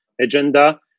agenda